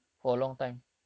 mm mm